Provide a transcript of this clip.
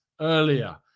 earlier